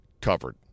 covered